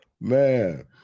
Man